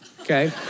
okay